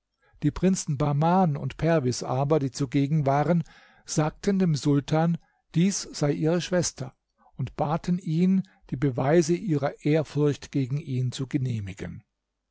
die prinzen bahman und perwis aber die zugegen waren sagten dem sultan dies sei ihre schwester und baten ihn die beweise ihrer ehrfurcht gegen ihn zu genehmigen